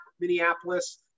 Minneapolis